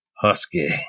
Husky